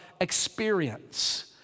experience